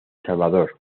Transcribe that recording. salvador